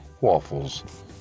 Waffles